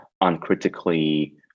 uncritically